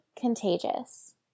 contagious